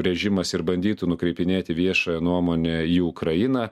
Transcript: režimas ir bandytų nukreipinėti viešąją nuomonę į ukrainą